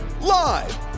Live